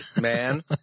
man